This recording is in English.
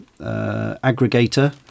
aggregator